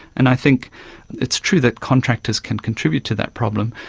and i think it's true that contractors can contribute to that problem,